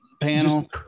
panel